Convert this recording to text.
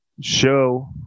show